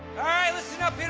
right, listen up, you know